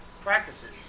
practices